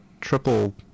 triple